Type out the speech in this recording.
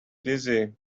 dizzy